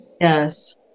yes